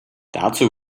dazu